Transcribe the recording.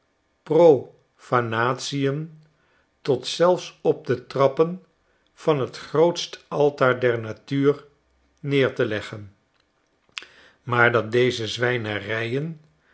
profanatien tot zelfs op de trappen van t grootst altaar der natuur neer te leggen maar dat deze zwijnerijen